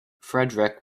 fedric